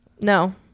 no